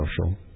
Social